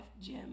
Gym